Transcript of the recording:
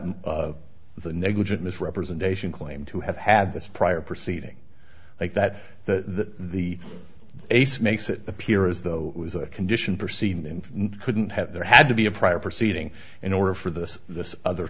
and the negligent misrepresentation claim to have had this prior proceeding like that that the ace makes it appear as though it was a condition proceed and couldn't have there had to be a prior proceeding in order for this this other